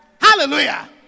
Hallelujah